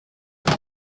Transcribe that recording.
them